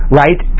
right